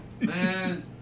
Man